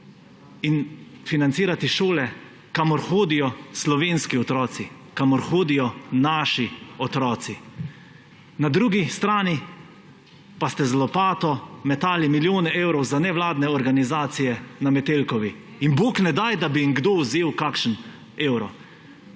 in financirati šole, kamor hodijo slovenski otroci, kamor hodijo naši otroci. Na drugi strani pa ste z lopato metali milijone evrov za nevladne organizacije na Metelkovi, in bog ne daj, da bi jim kdo vzel kakšen evro.